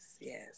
yes